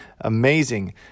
amazing